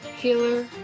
healer